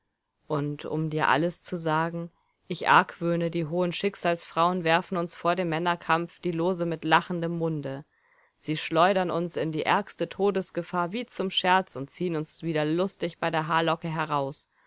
und um dir alles zu sagen ich argwöhne die hohen schicksalsfrauen werfen uns vor dem männerkampf die lose mit lachendem munde sie schleudern uns in die ärgste todesgefahr wie zum scherz und ziehen uns wieder lustig bei der haarlocke heraus